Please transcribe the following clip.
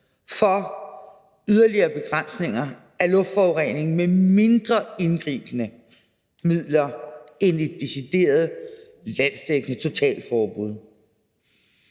for yderligere begrænsninger af luftforureningen med mindre indgribende midler end et decideret landsdækkende totalforbud.